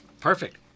Perfect